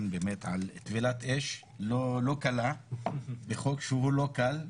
באמת על טבילת אש לא קלה בחוק שהוא לא קל,